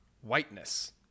whiteness